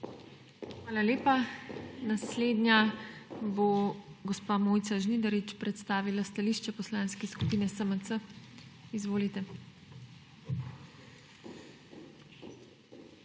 Hvala lepa. Naslednja bo gospa Mojca Žnidarič predstavila stališče Poslanske skupine SMC. Izvolite. MOJCA